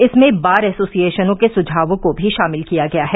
इसमें बार एसोसिएशनों के सुझावों को भी शामिल किया गया है